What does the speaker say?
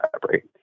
collaborate